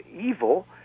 evil